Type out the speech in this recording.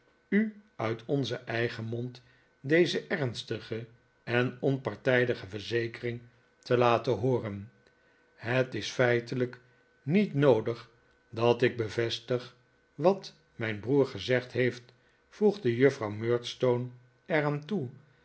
u uit onzen eigen mond deze ernstige en onpartijdige verzekering te laten hooren het is feitelijk niet noodig dat ik bevestig wat mijn broer gezegd heeft voegde juffrouw murdstone er aan toe